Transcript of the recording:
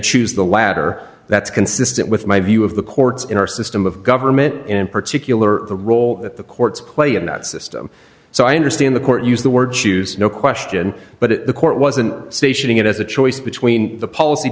choose the latter that's consistent with my view of the courts in our system of government in particular the role that the courts play in that system so i understand the court use the word choose no question but the court wasn't stationing it as a choice between the policy